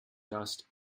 dust